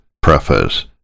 Preface